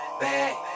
Back